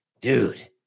Dude